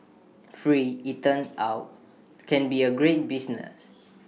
free IT turns out can be A great business